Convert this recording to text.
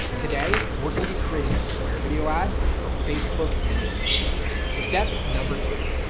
today, we're going to be creating a square video ad for facebook and instagram. step number two,